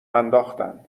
انداختن